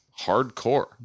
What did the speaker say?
hardcore